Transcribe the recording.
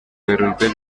werurwe